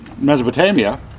Mesopotamia